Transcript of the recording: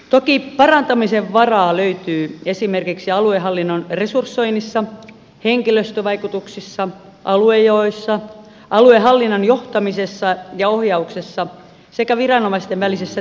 toki parantamisen varaa löytyy esimerkiksi aluehallinnon resursoinnissa henkilöstövaikutuksissa aluejaoissa aluehallinnon johtamisessa ja ohjauksessa sekä viranomaisten välisessä työnjaossa